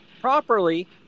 properly